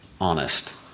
honest